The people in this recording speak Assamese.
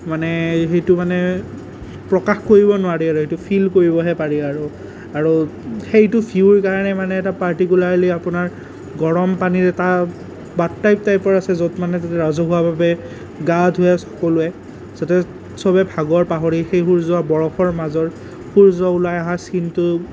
মানে সেইটো মানে প্ৰকাশ কৰিব নোৱাৰি আৰু সেইটো ফিল কৰিবহে পাৰি আৰু আৰু সেইটো ভিউৰ কাৰণে মানে এটা পাৰ্টিকুলাৰলী আপোনাৰ গৰম পানীৰ এটা বাথ টাইপ টাইপৰ আছে য'ত মানে ৰাজহুৱা ভাৱে গা ধুৱে সকলোৱে যাতে চবেই ভাগৰ পাহৰি সেই সূৰ্যৰ বৰফৰ মাজৰ সূৰ্য ওলাই অহা চিনটো